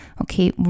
Okay